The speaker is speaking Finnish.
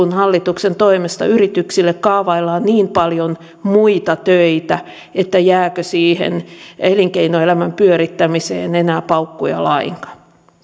kun hallituksen toimesta yrityksille kaavaillaan niin paljon muita töitä jääkö siihen elinkeinoelämän pyörittämiseen enää paukkuja lainkaan